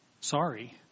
sorry